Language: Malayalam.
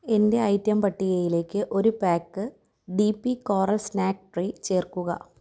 എന്റെ ഐറ്റം പട്ടികയിലേക്ക് ഒരു pack D P coral snack tray ചേർക്കുക